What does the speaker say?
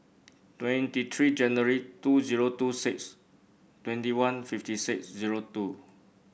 twenty three January two zero two six twenty one fifty six zero two